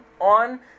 on